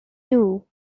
too